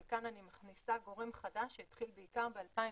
וכאן אני מכניסה גורם חדש שהתחיל ב-2002,